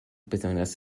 besonders